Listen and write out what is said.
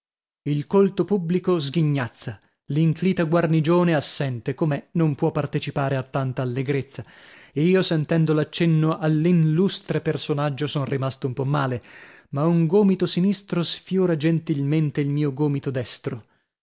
il colto pubblico sghignazza l'inclita guarnigione assente com'è non può partecipare a tanta allegrezza io sentendo l'accenno all'inlustre personaggio son rimasto un po male ma un gomito sinistro sfiora gentilmente il mio gomito destro